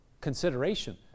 consideration